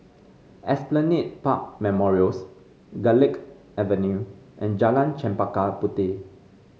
Esplanade Park Memorials Garlick Avenue and Jalan Chempaka Puteh